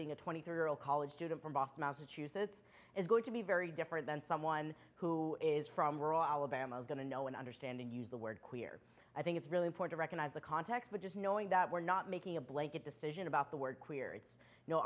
being a twenty three year old college student from boston massachusetts is going to be very different than someone who is from rural alabama is going to know and understand and use the word queer i think it's really important recognize the context but just knowing that we're not making a blanket decision about the word queer it's